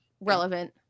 relevant